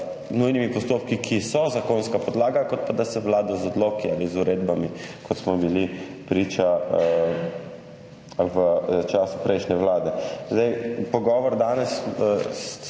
nujnimi postopki, ki so zakonska podlaga, kot pa da se vlada z odloki ali z uredbami, kot smo bili priče v času prejšnje Vlade. Danes